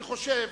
אני חושב